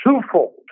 twofold